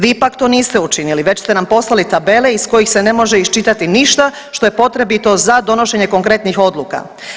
Vi ipak to niste učinili već ste nam poslali tabele iz kojih se ne može iščitati ništa što je potrebito za donošenje konkretnih odluka.